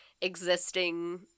existing